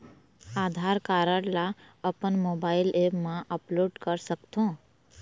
आधार card ला अपन mobile app मा अपलोड कर सकथों?